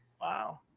wow